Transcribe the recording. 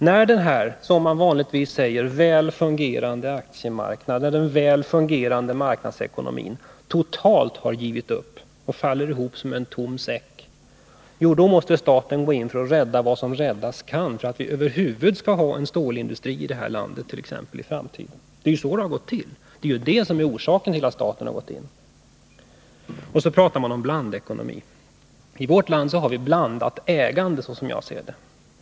När de här båda, som man vanligtvis säger vara väl fungerande, aktiemarknaden och marknadsekonomin, totalt givit upp och faller ihop som en tom säck, då måste staten gå in för att rädda vad som räddas kan, för att vi över huvud taget skall ha t.ex. en stålindustri i detta land i framtiden. Det är så det har gått till, och detta är orsaken till att staten har gått in. Budgetministern talar om blandekononii. Som jag ser det har vi i vårt land blandat ägande.